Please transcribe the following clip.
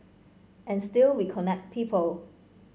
and still we connect people